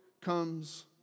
comes